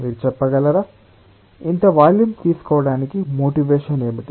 మీరు చెప్పగలరా ఇంత వాల్యూమ్ తీసుకోవటానికి ప్రేరణ ఏమిటి